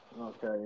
Okay